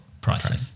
pricing